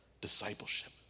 Discipleship